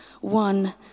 one